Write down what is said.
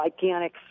gigantic